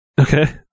Okay